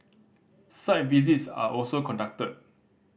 site visits are also conducted